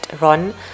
run